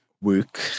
work